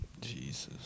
Jesus